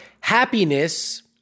happiness